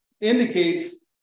indicates